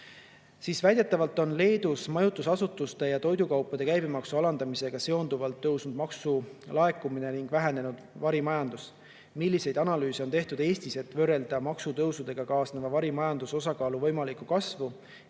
"Väidetavalt on Leedus majutusasutuste ja toidukaupade käibemaksu alandamisega seonduvalt tõusnud maksulaekumine ning vähenenud varimajandus. Milliseid analüüse on tehtud Eestis, et võrrelda maksutõusudega kaasneva varimajanduse osakaalu võimalikku kasvu